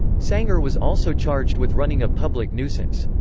sanger was also charged with running a public nuisance.